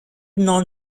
non